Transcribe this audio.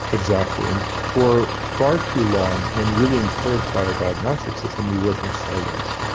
exactly. and for far too long, and really encouraged by our diagnostic system, we work in silos.